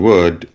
Word